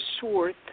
short